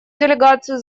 делегацию